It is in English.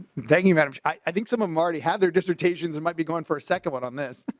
thinking that i think some of marty had their dissertations and might be gone for second but on this.